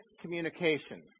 communication